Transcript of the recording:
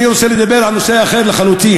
אדוני, אני רוצה לדבר על נושא אחר לחלוטין.